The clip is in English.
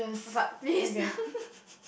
but please